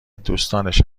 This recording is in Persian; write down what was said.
دوستانش